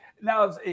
Now